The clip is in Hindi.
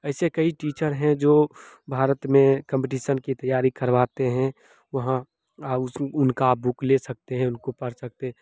ऐसे कई टीचर हैं जो भारत में कंपटीसन की तैयारी करवाते हैं वहाँ उस उनकी बुक ले सकते हैं उनको पढ़ सकते हैं